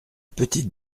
petite